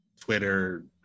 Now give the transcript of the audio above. twitter